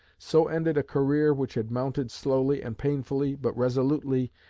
so ended a career which had mounted slowly and painfully, but resolutely,